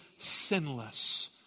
sinless